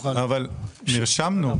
נרשמנו,